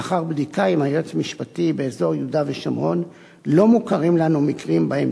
לאחר בדיקה עם היועץ המשפטי באזור יהודה ושומרון לא מוכרים לנו מקרים שבהם